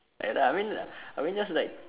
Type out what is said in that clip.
ya lah I mean I mean just like